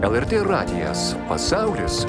lrt radijas pasaulis